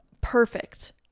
perfect